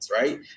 right